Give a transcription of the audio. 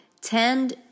tend